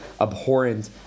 abhorrent